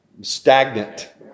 Stagnant